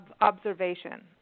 observation